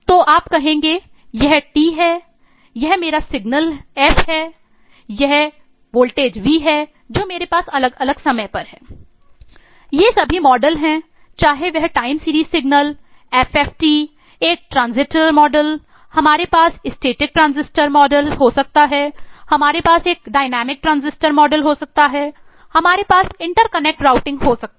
तो आप कहेंगे यह टी है यह मेरा सिग्नल है जो मेरे पास अलग अलग समय पर है